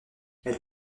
elle